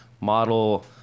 model